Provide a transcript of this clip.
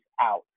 out